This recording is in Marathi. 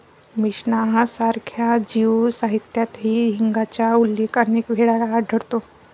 मिशनाह सारख्या ज्यू साहित्यातही हिंगाचा उल्लेख अनेक वेळा आढळतो